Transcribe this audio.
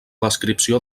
descripció